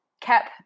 kept